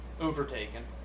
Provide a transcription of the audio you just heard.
overtaken